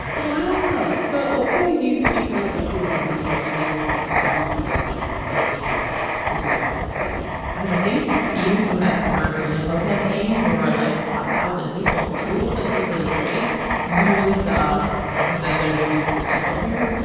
wow so at what point do you think you kind of went from the mindset of this is like a small business to like this is this is a big thing i mean i think even from that first you know clow campaign where we're like a thousand people cool. this was really great we really saw that there was huge potential here.